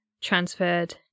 transferred